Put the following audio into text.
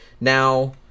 now